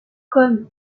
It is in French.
comme